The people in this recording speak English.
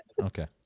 okay